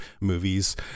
movies